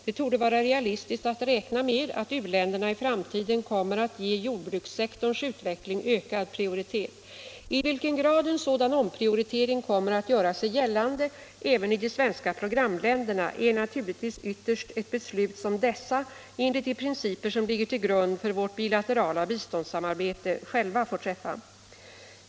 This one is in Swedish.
Det torde vara realistiskt att räkna med att u-länderna i framtiden kommer att ge jordbrukssektorns utveckling ökad prioritet. I vilken grad en sådan omprioritering kommer att göra sig gällande även i de svenska programländerna är naturligtvis ytterst ett beslut som dessa, enligt de principer som ligger till grund för vårt bilaterala biståndssamarbete, själva får träffa.